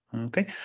Okay